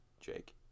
jake